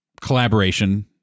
Collaboration